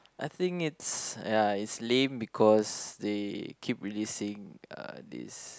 I think it's ya it's lame because they keep releasing uh this